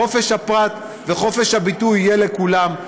חופש הפרט וחופש הביטוי יהיה לכולם,